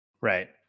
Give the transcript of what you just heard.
Right